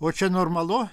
o čia normalu